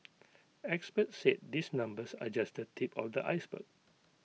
experts said these numbers are just the tip of the iceberg